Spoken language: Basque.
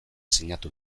sinatu